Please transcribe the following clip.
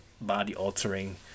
body-altering